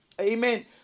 Amen